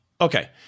Okay